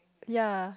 ya